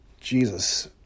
Jesus